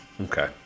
Okay